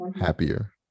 happier